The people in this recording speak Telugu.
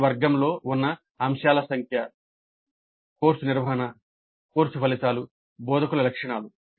ప్రతి వర్గం లో ఉన్న అంశాల సంఖ్య కోర్సు నిర్వహణ కోర్సు ఫలితాలు బోధకుల లక్షణాలు